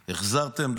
החזרתם,